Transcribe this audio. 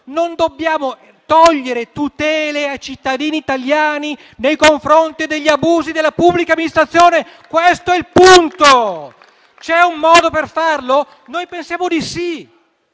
non dobbiamo togliere tutele ai cittadini italiani nei confronti degli abusi della pubblica amministrazione, questo è il punto. C'è un modo per farlo? Noi pensiamo di sì